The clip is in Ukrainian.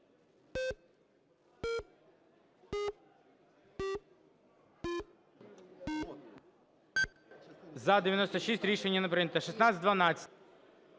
За-96 Рішення не прийнято. 1612.